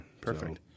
perfect